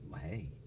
hey